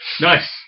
nice